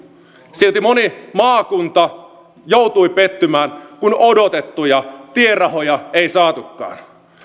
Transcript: silti moni maakunta joutui pettymään kun odotettuja tierahoja ei saatukaan